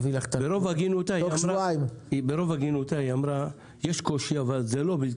ברוב הגינותה היא אמרה שיש קושי אבל זה לא בלתי אפשרי.